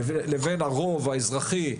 לבין הרוב האזרחי,